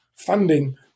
funding